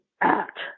act